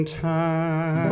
time